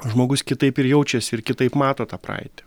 žmogus kitaip ir jaučiasi ir kitaip mato tą praeitį